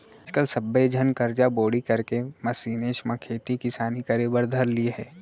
आज काल सब्बे झन करजा बोड़ी करके मसीनेच म खेती किसानी करे बर धर लिये हें